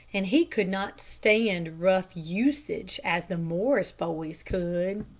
and he could not stand rough usage as the morris boys could.